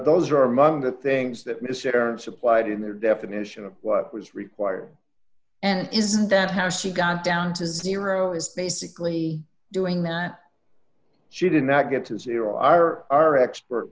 those are among the things that mr heron supplied in their definition of what was required and isn't that how she got down to zero is basically doing that she did not get to zero are our expert